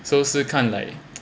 so 是看 like